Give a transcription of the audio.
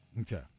Okay